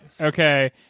Okay